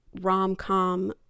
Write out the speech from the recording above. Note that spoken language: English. rom-com